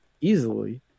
easily